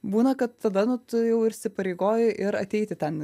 būna kad tada nu tu jau įsipareigoji ir ateiti ten